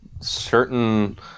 certain